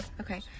okay